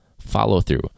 follow-through